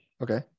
Okay